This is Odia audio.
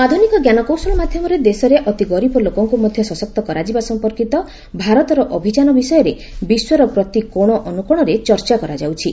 ଆଧୁନିକ ଜ୍ଞାନକୌଶଳ ମାଧ୍ୟମରେ ଦେଶର ଅତି ଗରିବ ଲୋକଙ୍କୁ ମଧ୍ୟ ସଶକ୍ତ କରାଯିବା ସମ୍ପର୍କୀତ ଭାରତର ଅଭିଯାନ ବିଷୟରେ ବିଶ୍ୱର ପ୍ରତି କୋଣ ଅନୁକୋଶରେ ଚର୍ଚ୍ଚା କରାଯାଉଛି